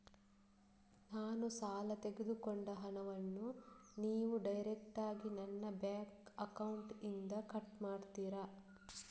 ನಾನು ಸಾಲ ತೆಗೆದುಕೊಂಡ ಹಣವನ್ನು ನೀವು ಡೈರೆಕ್ಟಾಗಿ ನನ್ನ ಬ್ಯಾಂಕ್ ಅಕೌಂಟ್ ಇಂದ ಕಟ್ ಮಾಡ್ತೀರಾ?